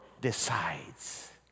decides